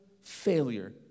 failure